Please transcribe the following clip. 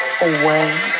away